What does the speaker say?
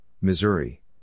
Missouri